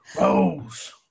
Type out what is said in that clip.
Rose